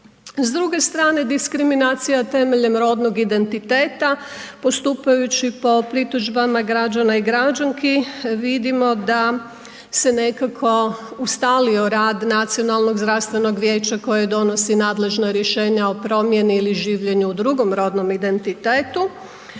S druge strane diskriminacija temeljem rodnog identiteta, postupajući po pritužbama građana i građanski, vidimo da se nekako ustalio rad Nacionalnog zdravstvenog vijeća koje donosi nadležna rješenja o promjeni ili življenju u drugom rodnom identitetu.